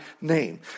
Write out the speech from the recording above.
name